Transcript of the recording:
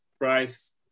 price